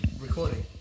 Recording